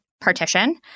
partition